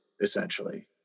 essentially